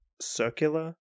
circular